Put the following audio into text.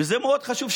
וזה מאוד חשוב.